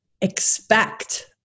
expect